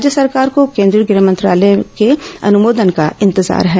राज्य सरकार को केन्द्रीय गृह मंत्रालय के अनुमोदन का इंतजार है